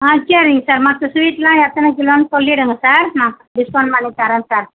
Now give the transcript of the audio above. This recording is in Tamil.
ஆ சரிங் சார் மற்ற ஸ்வீட்லாம் எத்தனை கிலோன்னு சொல்லிவிடுங்க சார் நான் டிஸ்கவுண்ட் பண்ணி தரேன் சார்